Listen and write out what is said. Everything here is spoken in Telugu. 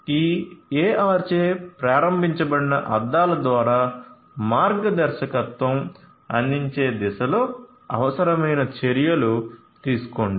ఈ AR చే ప్రారంభించబడిన అద్దాల ద్వారా మార్గదర్శకత్వం అందించే దిశలో అవసరమైన చర్యలు తీసుకోండి